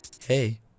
Hey